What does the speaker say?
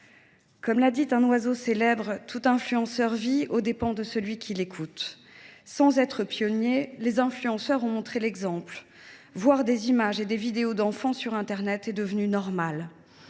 l’entend dire un oiseau célèbre, tout influenceur « vit aux dépens de celui qui l’écoute ». Sans être pionniers, les influenceurs ont montré l’exemple : voir des photos et des vidéos d’enfants sur internet est devenu normal.